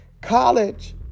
college